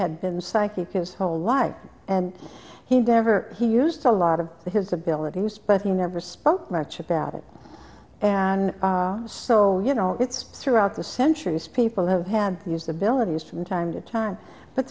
had been psyche because whole life and he never he used a lot of his abilities but you never spoke much about it and so you know it's throughout the centuries people have had to use the abilities from time to time but